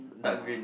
dark green